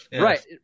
Right